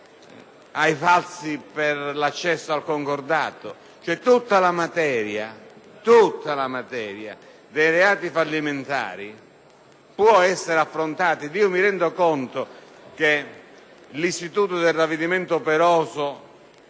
ai falsi per l’accesso al concordato? Tutta la materia dei reati fallimentari puo essere affrontata. Mi rendo conto che l’istituto del ravvedimento operoso